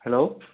hello